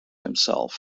himself